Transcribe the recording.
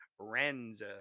Renza